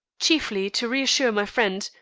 chiefly to reassure my friend,